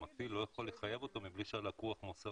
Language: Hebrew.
המפעיל לא יכול לחייב אותו מבלי שהלקוח מוסר